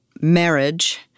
marriage